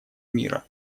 мира